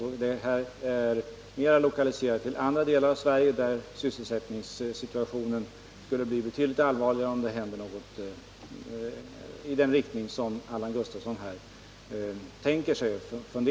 Den här tillverkningen är mera lokaliserad till andra områden i Sverige, där sysselsättningssituationen skulle bli betydligt allvarligare, om det hände något i den riktning som Allan Gustafsson här tänker på.